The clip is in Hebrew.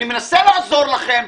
אני מנסה לעזור לכם,